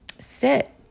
sit